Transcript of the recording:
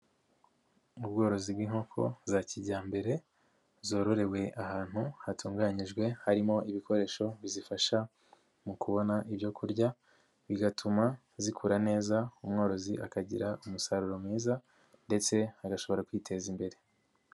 Ubworozi bw'inkoko za kijyambere zororewe ahantu hatunganyijwe harimo ibikoresho bizifasha mu kubona ibyo kurya bigatuma zikura neza umworozi akagira umusaruro mwiza ndetse agashobora kwiteza imbere.